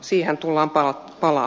siihen tullaan palaamaan